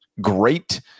great